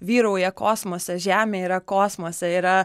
vyrauja kosmose žemė yra kosmose yra